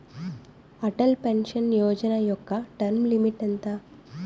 Atal pension Yojana యెక్క term limit ఎంత?